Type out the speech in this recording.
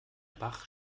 bach